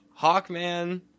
Hawkman